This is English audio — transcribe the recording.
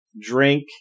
drink